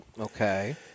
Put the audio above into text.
Okay